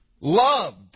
loved